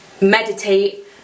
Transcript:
meditate